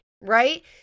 right